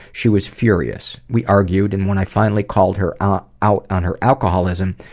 she was furious. we argued, and when i finally called her out out on her alcoholism,